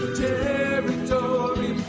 territory